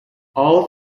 all